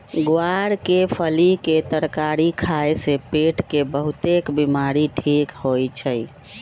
ग्वार के फली के तरकारी खाए से पेट के बहुतेक बीमारी ठीक होई छई